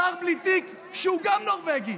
שר בלי תיק שהוא גם נורבגי,